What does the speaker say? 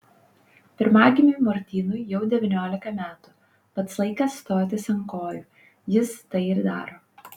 pirmagimiui martynui jau devyniolika metų pats laikas stotis ant kojų jis tai ir daro